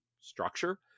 structure